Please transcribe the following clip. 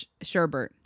Sherbert